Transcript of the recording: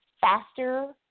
faster